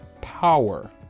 power